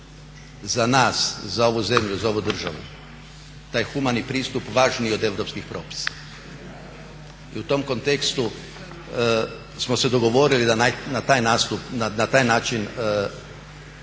za nas, za ovu zemlju, za ovu državu taj humani pristup važniji od europskih propisa i u tom kontekstu smo se dogovorili da na taj nastup, na